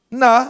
na